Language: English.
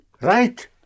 Right